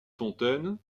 fontaine